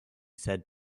said